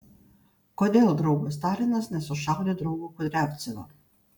kodėl draugas stalinas nesušaudė draugo kudriavcevo